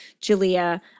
Julia